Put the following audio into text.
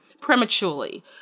prematurely